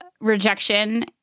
rejection